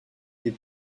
des